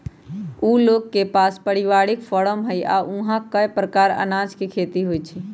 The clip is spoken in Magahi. उ लोग के पास परिवारिक फारम हई आ ऊहा कए परकार अनाज के खेती होई छई